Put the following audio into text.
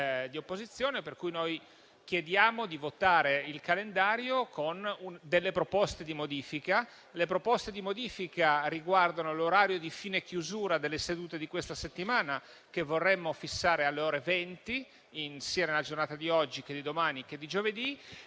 per cui noi chiediamo di votare il calendario con delle proposte di modifica. Le proposte di modifica riguardano l'orario di fine chiusura delle sedute di questa settimana, che vorremmo fissare alle ore 20, nelle giornate di oggi, domani e giovedì.